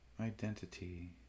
Identity